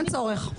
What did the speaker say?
אין צורך.